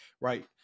right